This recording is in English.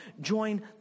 join